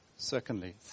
Secondly